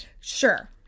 Sure